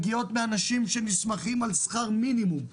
מאנשים שנסמכים על שכר מינימום.